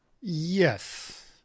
Yes